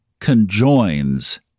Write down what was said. conjoins